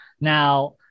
Now